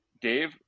Dave